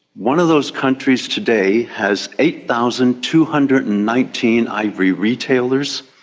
one of those countries today has eight thousand two hundred and nineteen ivory retailers,